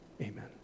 Amen